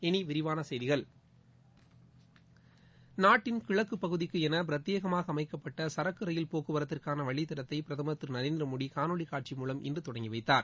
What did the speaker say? இனி விரிவான செய்திகள் கிழக்கு பகுதிக்கென பிரத்யேகமாக அமைக்கப்பட்டசரக்கு போக்குவரத்திற்கான வழித்தடத்தை பிரதமா திரு நரேந்திரமோடி காணொலி காட்சி மூலம் இன்று தொடங்கி வைத்தார்